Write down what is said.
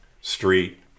street